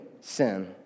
sin